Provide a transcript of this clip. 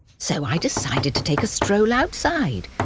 so i decided to take a stroll outside.